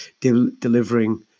delivering